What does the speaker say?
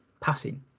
passing